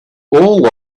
all